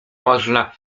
można